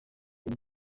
ibyo